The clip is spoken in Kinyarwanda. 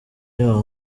yaho